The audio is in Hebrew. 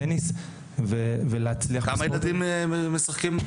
בטניס החובבני המצב משמח מאוד.